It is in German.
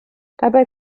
dabei